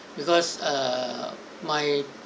because uh my